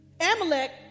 Amalek